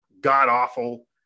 god-awful